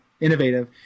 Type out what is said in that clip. innovative